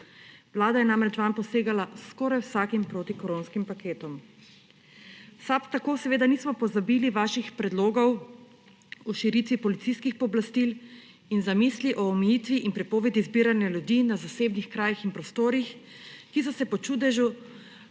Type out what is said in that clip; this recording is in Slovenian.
Vlada je namreč vanj posegala skoraj z vsakim protikoronskim paketom. V SAB tako seveda nismo pozabili vaših predlogov o širitvi policijskih pooblastil in zamisli o omejitvi in prepovedi zbiranja ljudi na zasebnih krajih in prostorih, ki so se po čudežu